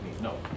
No